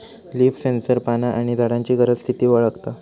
leaf sensor पाना आणि झाडांची गरज, स्थिती वळखता